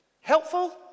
Helpful